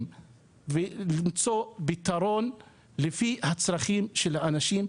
ולמצוא פתרון לפי הצרכים של האנשים,